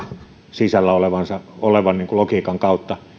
sisällä olevan logiikan kautta